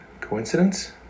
coincidence